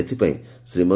ଏଥିପାଇଁ ଶ୍ରୀମ